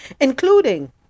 including